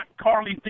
Carly